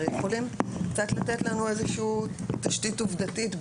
יכולים קצת לתת לנו איזושהי תשתית עובדתית,